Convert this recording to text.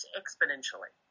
exponentially